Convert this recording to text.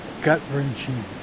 gut-wrenching